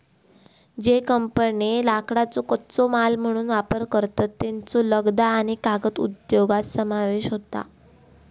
ज्ये कंपन्ये लाकडाचो कच्चो माल म्हणून वापर करतत, त्येंचो लगदा आणि कागद उद्योगात समावेश होता